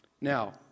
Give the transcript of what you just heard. Now